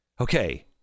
Okay